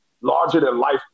larger-than-life